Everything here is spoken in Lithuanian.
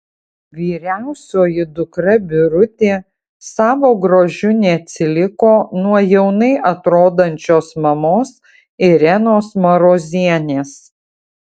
vyriausioji dukra birutė savo grožiu neatsiliko nuo jaunai atrodančios mamos irenos marozienės